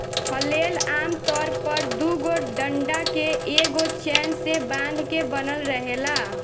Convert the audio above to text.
flail आमतौर पर दुगो डंडा के एगो चैन से बांध के बनल रहेला